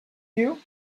you